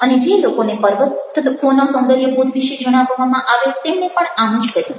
અને જે લોકોને પર્વતોના સૌંદર્યબોધ વિશે જણાવવામાં આવેલ તેમણે પણ આમ જ કર્યું